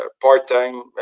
part-time